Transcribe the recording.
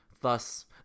Thus